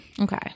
Okay